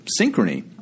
synchrony